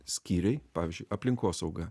skyriai pavyzdžiui aplinkosauga